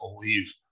believe